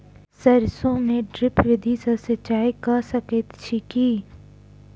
सैरसो मे ड्रिप विधि सँ सिंचाई कऽ सकैत छी की?